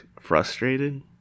frustrated